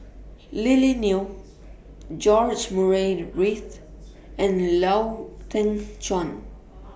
Lily Neo George Murray Reith and Lau Teng Chuan